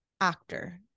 actor